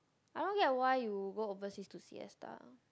I don't get why you go overseas to see their star